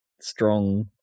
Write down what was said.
strong